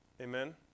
Amen